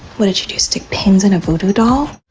what'd you do, stick pins in a voodoo doll?